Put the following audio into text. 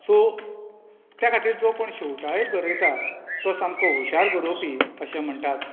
so त्या खातीर जो कोण शेवटाळे गरयता तो सामको हुशार गोरोवपी अशें म्हणटात